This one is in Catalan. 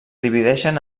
divideixen